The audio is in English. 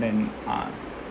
than uh